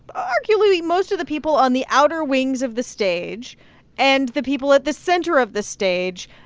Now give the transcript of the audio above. arguably most of the people on the outer wings of the stage and the people at the center of the stage,